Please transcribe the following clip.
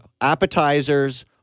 appetizers